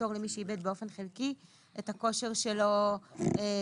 לפתור למי שאיבד באופן חלקי את הכושר שלו להשתכר,